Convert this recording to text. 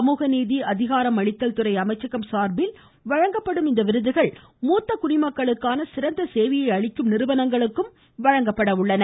சமூகநீதி அதிகாரம் அளித்தல் துறை அமைச்சகம் சார்பில் வழங்கப்படும் இந்த விருதுகள் மூத்த குடிமக்களுக்கான சிறந்த சேவையை அளிக்கும் நிறுவனங்களுக்கும் வழங்கப்பட உள்ளன